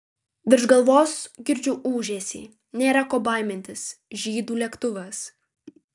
virš galvos girdžiu ūžesį nėra ko baimintis žydų lėktuvas